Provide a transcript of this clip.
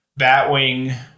Batwing